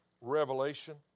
revelation